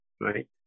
Right